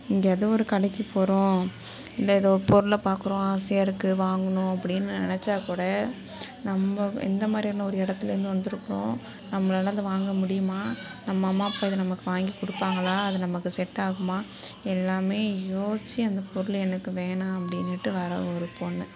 இங்கே எதோ ஒரு கடைக்கு போகிறோம் இல்லை எதோ ஒரு பொருளை பார்க்குறோம் ஆசையாக இருக்குது வாங்கணும் அப்படினு நெனச்சால் கூட நம்ம என்ன மாதிரியான ஒரு இடத்துலேருந்து வந்திருக்கோம் நம்மளால் அது வாங்க முடியுமா நம்ம அம்மா அப்பா இதை நமக்கு வாங்கி கொடுப்பாங்களா அது நமக்கு செட் ஆகுமா எல்லாமே யோசிச்சு அந்த பொருள் எனக்கு வேணாம் அப்படினுட்டு வர ஒரு பொண்ணு